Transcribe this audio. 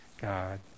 God